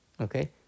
Okay